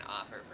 offer